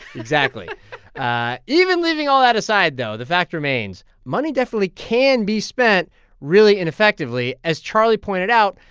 exactly even leaving all that aside, though, the fact remains money definitely can be spent really ineffectively, as charlie pointed out,